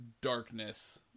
darkness